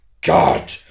God